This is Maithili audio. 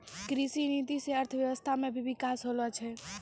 कृषि नीति से अर्थव्यबस्था मे भी बिकास होलो छै